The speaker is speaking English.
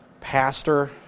pastor